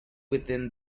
within